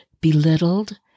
belittled